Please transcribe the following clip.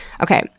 okay